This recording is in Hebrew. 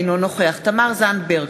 אינו נוכח תמר זנדברג,